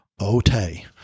okay